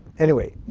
anyway,